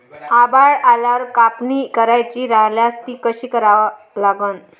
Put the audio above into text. आभाळ आल्यावर कापनी करायची राह्यल्यास ती कशी करा लागन?